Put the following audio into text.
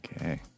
Okay